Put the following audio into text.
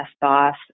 boss